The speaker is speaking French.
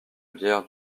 bière